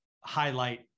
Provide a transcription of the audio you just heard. highlight